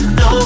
no